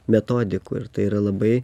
metodikų ir tai yra labai